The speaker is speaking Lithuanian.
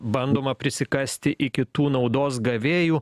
bandoma prisikasti iki tų naudos gavėjų